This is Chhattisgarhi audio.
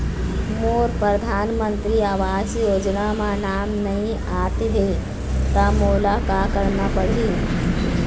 मोर परधानमंतरी आवास योजना म नाम नई आत हे त मोला का करना पड़ही?